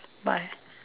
bye